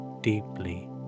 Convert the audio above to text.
deeply